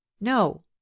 No